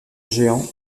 géant